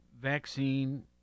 vaccine